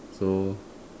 so